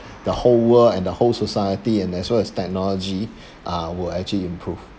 the whole world and the whole society and as well as technology uh will actually improve